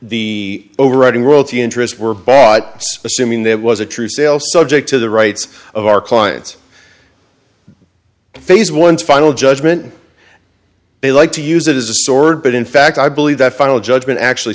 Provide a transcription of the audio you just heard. the overriding worldy interests were bought assuming that was a true sale subject to the rights of our clients phase one final judgment they like to use it as a sword but in fact i believe that final judgment actually